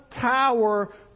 tower